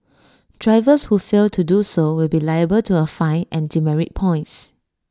drivers who fail to do so will be liable to A fine and demerit points